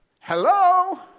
Hello